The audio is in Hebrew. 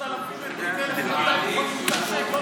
3,000, כל